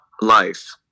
life